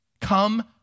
Come